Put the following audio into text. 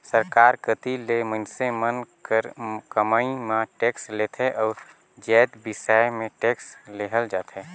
सरकार कती ले मइनसे मन कर कमई म टेक्स लेथे अउ जाएत बिसाए में टेक्स लेहल जाथे